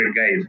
guys